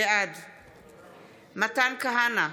בעד מתן כהנא,